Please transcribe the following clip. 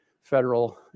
federal